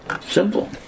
Simple